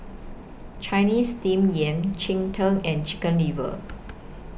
Chinese Steamed Yam Cheng Tng and Chicken Liver